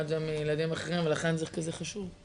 את זה מילדים אחרים ולכן זה כזה חשוב.